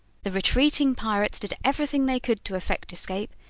the retreating pirates did everything they could to effect escape,